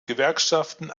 gewerkschaften